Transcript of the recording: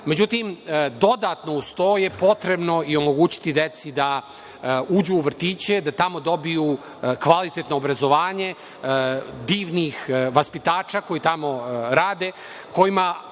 Međutim, dodatno uz to je potrebno i omogućiti deci da uđu u vrtiće, da tamo dobiju kvalitetno obrazovanje, divnih vaspitača koji tamo rade, koji